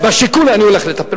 בשיכון אני הולך לטפל.